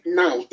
now